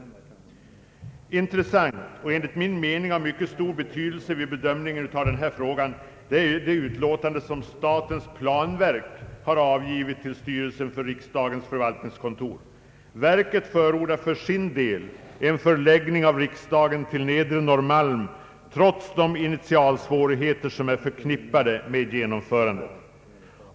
Intressant och enligt min mening av mycket stor betydelse vid bedömning en av denna fråga är det utlåtande som statens planverk har avgivit till styrelsen för riksdagens förvaltningskontor. Verket förordar för sin del en förläggning av riksdagen till Nedre Norrmalm trots de initialsvårigheter som är förknippade med genomförandet.